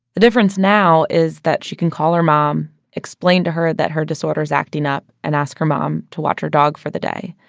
the difference now is that she can call her mom, explain to her that her disorder is acting up and ask her mom to watch her dog for the day.